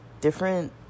different